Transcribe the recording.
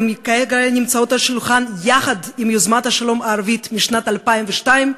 הן כרגע נמצאות על השולחן יחד עם יוזמת השלום הערבית משנת 2002,